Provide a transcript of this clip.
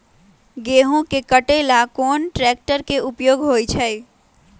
गेंहू के कटे ला कोंन ट्रेक्टर के उपयोग होइ छई?